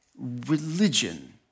Religion